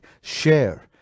share